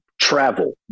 travel